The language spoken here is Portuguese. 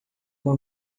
com